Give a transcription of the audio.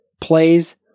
plays